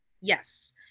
Yes